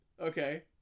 Okay